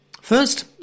First